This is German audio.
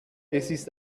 ist